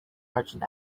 merchant